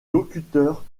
locuteurs